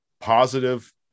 positive